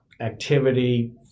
activity